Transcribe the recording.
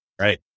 right